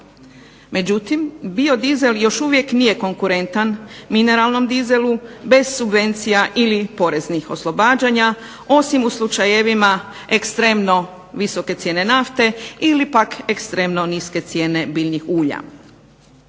Međutim, biodizel još uvijek nije konkurentan mineralnom dizelu bez subvencija ili poreznih oslobađanja osim u slučajevima ekstremno visoke cijene nafte ili pak ekstremno niske cijene biljnih ulja.